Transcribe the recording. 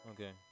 Okay